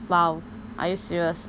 !wow! are you serious